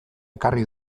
ekarri